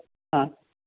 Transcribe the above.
ആ